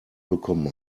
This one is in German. bekommen